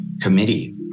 committee